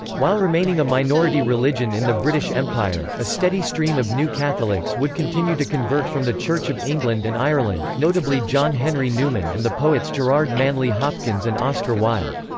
while remaining a minority religion in the british empire, a steady stream of new catholics would continue to convert from the church of england and ireland, notably john henry newman and the poets gerard manley hopkins and oscar wilde.